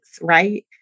right